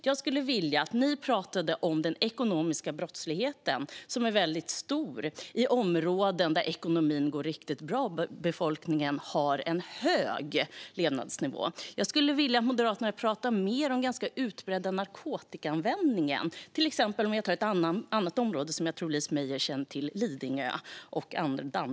Jag skulle vilja att ni pratade om den stora ekonomiska brottsligheten i områden där ekonomin går riktigt bra och befolkningen har en hög levnadsnivå. Jag skulle vilja att Moderaterna pratar mer om den utbredda narkotikaanvändningen i andra områden som jag tror Louise Meijer känner till, nämligen Lidingö och Danderyd.